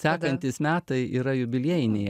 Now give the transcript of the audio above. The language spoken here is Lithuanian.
sekantys metai yra jubiliejiniai